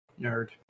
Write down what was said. Nerd